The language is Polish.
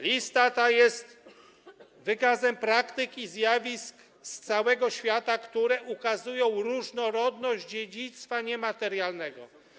Lista ta jest wykazem praktyk i zjawisk z całego świata, które ukazują różnorodność dziedzictwa niematerialnego.